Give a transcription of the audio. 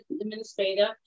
administrator